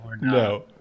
no